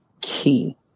key